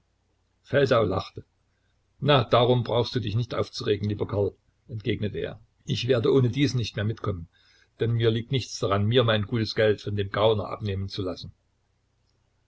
feldau lachte na darum brauchst du dich nicht aufzuregen lieber karl entgegnete er ich werde ohnedies nicht mehr mitkommen denn mir liegt nichts daran mir mein gutes geld von dem gauner abnehmen zu lassen